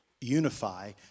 unify